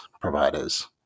providers